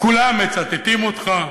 כולם מצטטים אותך,